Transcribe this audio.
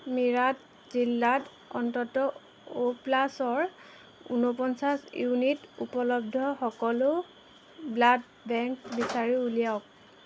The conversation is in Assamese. মিৰাট জিলাত অন্ততঃ অ' প্লাছৰ ঊনপঞ্চাছ ইউনিট উপলব্ধ সকলো ব্লাড বেংক বিচাৰি উলিয়াওক